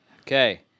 Okay